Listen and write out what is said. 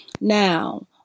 Now